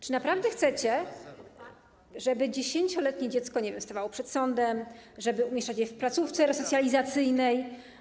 Czy naprawdę chcecie, żeby 10-letnie dziecko, nie wiem, stawało przed sądem, żeby umieszczać je w placówce resocjalizacyjnej?